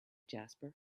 jasper